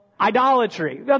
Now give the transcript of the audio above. Idolatry